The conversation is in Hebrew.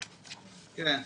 תראו,